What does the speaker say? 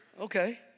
Okay